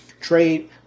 trade